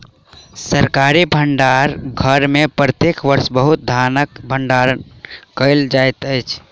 सरकारी भण्डार घर में प्रत्येक वर्ष बहुत धानक भण्डारण कयल जाइत अछि